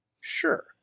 sure